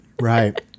Right